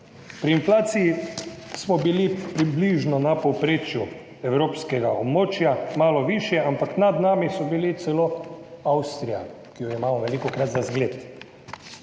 Pri inflaciji smo bili približno na povprečju evropskega območja, malo višje, ampak nad nami je bila celo Avstrija, ki jo imamo velikokrat za zgled.